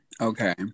okay